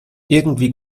irgendwie